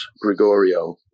Gregorio